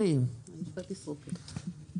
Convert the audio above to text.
עדיין קשה לי להאמין שאנחנו צריכים לשכנע אנשים לבוא לגור